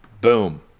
Boom